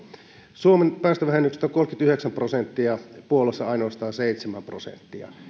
suomessa päästövähennykset ovat kolmekymmentäyhdeksän prosenttia puolassa ainoastaan seitsemän prosenttia